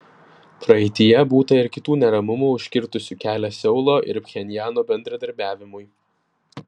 praeityje būta ir kitų neramumų užkirtusių kelią seulo ir pchenjano bendradarbiavimui